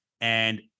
and-